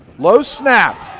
low snap,